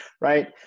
right